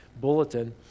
bulletin